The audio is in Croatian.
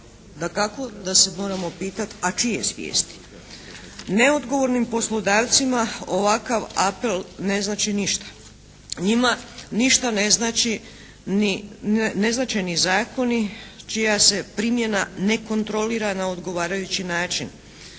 Dakako da se moramo pitati, a čije svijesti? Neodgovornim poslodavcima ovakav apel ne znači ništa. Njima ništa ne znači ni, ne znače ni zakoni čija se primjena ne kontrolira na odgovarajući način.